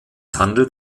handelt